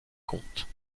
comptes